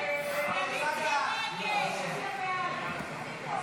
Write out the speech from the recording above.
הסתייגות 38 לא נתקבלה.